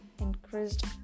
increased